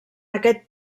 aquest